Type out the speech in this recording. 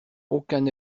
aucun